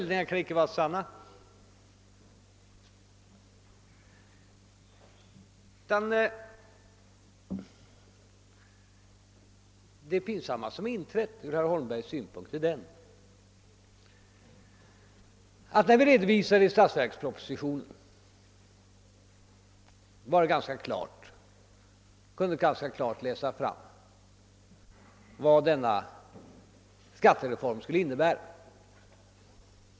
Det för herr Holmberg pinsamma som nu inträffat är att det när vi redovisade våra planer i statsverkspropositionen ganska klart kunde utläsas vad skattereformen i stora drag skulle innebära.